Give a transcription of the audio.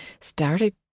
started